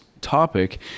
topic